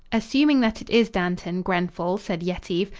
assuming that it is dantan, grenfall, said yetive,